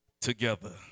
together